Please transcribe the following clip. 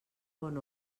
bon